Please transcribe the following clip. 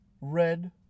Red